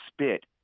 spit